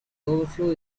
overflow